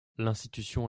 l’institution